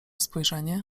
spojrzenie